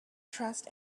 trust